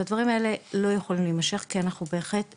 והדברים האלה לא יכולים להימשך כי אנחנו בהחלט צריכים.